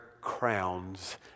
crowns